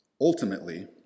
Ultimately